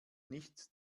nicht